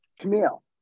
Camille